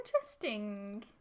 Interesting